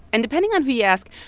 and depending on who you ask,